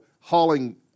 hauling